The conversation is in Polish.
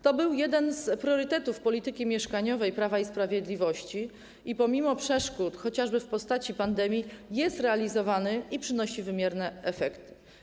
To był jeden z priorytetów polityki mieszkaniowej Prawa i Sprawiedliwości i pomimo przeszkód, chociażby w postaci pandemii, jest realizowany i przynosi wymierne efekty.